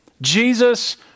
Jesus